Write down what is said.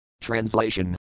Translation